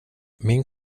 min